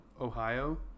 Ohio